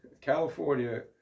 California